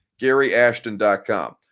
GaryAshton.com